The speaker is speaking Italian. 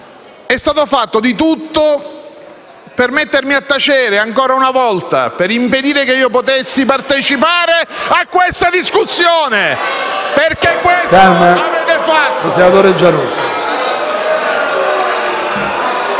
è stato fatto di tutto per mettermi a tacere ancora una volta, per impedire che potessi partecipare a questa discussione! *(Applausi dal